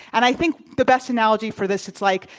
and i think the best analogy for this it's like,